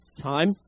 time